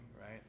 right